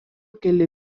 keli